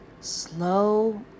slow